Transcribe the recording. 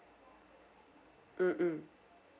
mm mm